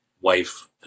wife